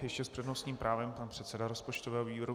Ještě s přednostním právem pan předseda rozpočtového výboru.